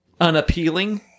unappealing